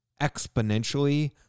exponentially